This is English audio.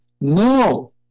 No